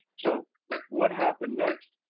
so what happened next?